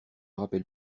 rappelle